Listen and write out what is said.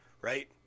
right